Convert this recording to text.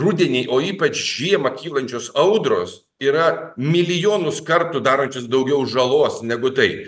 rudenį o ypač žiemą kylančios audros yra milijonus kartų darančius daugiau žalos negu tai